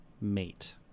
Mate